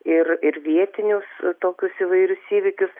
ir ir vietinius tokius įvairius įvykius